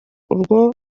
urwo